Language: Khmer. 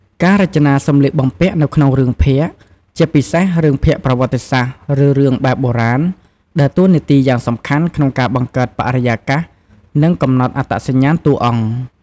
ការរចនាសម្លៀកបំពាក់នៅក្នុងរឿងភាគ ជាពិសេសរឿងភាគប្រវត្តិសាស្ត្រ ឬរឿងបែបបុរាណ ដើរតួនាទីយ៉ាងសំខាន់ក្នុងការបង្កើតបរិយាកាស និងកំណត់អត្តសញ្ញាណតួអង្គ។